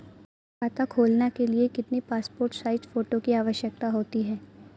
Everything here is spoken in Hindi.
खाता खोलना के लिए कितनी पासपोर्ट साइज फोटो की आवश्यकता होती है?